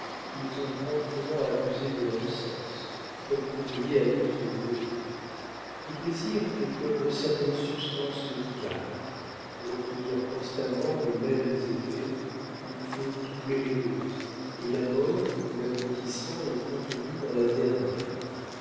ils ont promptement abusé de leurs sens comme l'ouvrier abuse de l'eau-de-vie le plaisir est comme certaines substances médicales pour obtenir constamment les mêmes effets il faut doubler les doses et la mort ou l'abrutissement est contenu dans la dernière